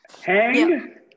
Hang